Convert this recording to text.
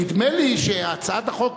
נדמה לי שהצעת החוק,